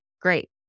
great